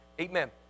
amen